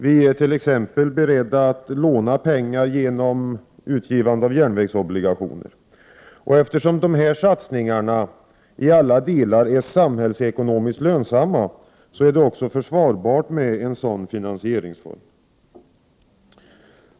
Vi är t.ex. beredda att låna pengar genom att ge ut järnvägsobligationer. Eftersom dessa satsningar i alla delar är samhällsekonomiskt lönsamma, är | det också försvarbart med en sådan finansieringsform.